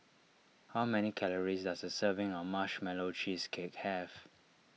how many calories does a serving of Marshmallow Cheesecake have